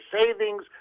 savings